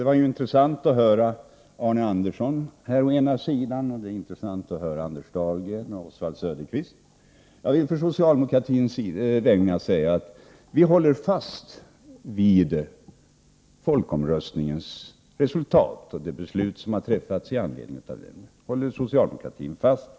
Det var intressant att höra Arne Andersson i Ljung, Anders Dahlgren och Oswald Söderqvist. Jag vill på socialdemokratins vägnar säga att vi håller fast vid folkomröstningsresultatet och de beslut som har fattats med anledning av detta.